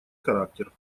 характер